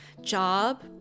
job